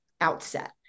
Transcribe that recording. outset